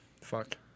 Fuck